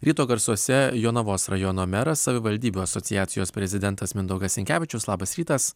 ryto garsuose jonavos rajono meras savivaldybių asociacijos prezidentas mindaugas sinkevičius labas rytas